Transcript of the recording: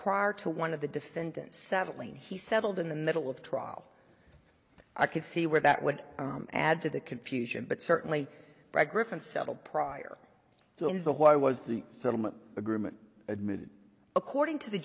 prior to one of the defendants settling he settled in the middle of trial i could see where that would add to the confusion but certainly greg griffin settled prior to him but why was the settlement agreement admitted according to the